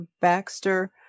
Baxter